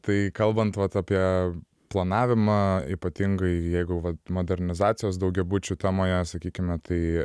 tai kalbant vat apie planavimą ypatingai jeigu vat modernizacijos daugiabučių temoje sakykime tai